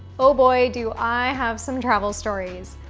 oh boy, do i have some travel stories,